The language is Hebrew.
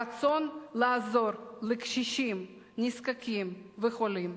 הרצון לעזור לקשישים, נזקקים וחולים.